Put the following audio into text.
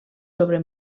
sobre